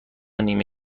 نیمه